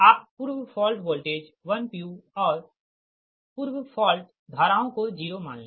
आप पूर्व fault voltage 10 pu और पूर्व फॉल्ट धाराओं को 0 मान ले